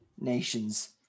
nations